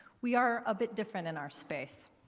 we are a bit different in our space.